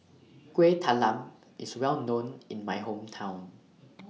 Kuih Talam IS Well known in My Hometown